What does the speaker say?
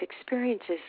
experiences